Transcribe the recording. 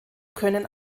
können